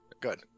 Good